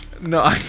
No